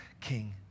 king